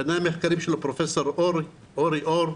ביניהם מחקרים של פרופ' אורי אור,